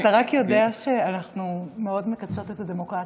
אתה יודע שאנחנו מאוד מקדשות את הדמוקרטיה,